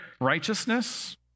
righteousness